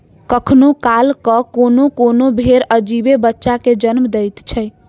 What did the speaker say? कखनो काल क कोनो कोनो भेंड़ अजीबे बच्चा के जन्म दैत छै